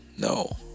No